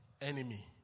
enemy